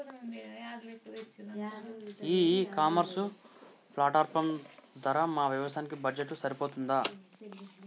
ఈ e commerce platform ధర మా వ్యవసాయ బడ్జెట్ కు సరిపోతుందా?